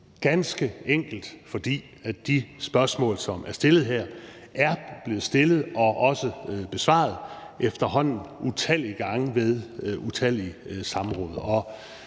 ganske enkelt fordi de spørgsmål, som er stillet her, er blevet stillet og også besvaret efterhånden utallige gange ved utallige samråd.